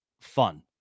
fun